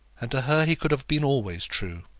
and to her he could have been always true.